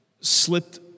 slipped